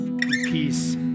peace